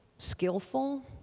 skillful,